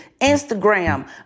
Instagram